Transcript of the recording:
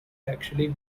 actually